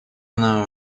она